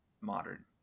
modern